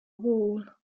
wall